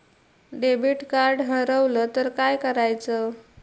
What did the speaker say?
Debit card हरवल तर काय करायच?